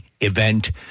event